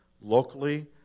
locally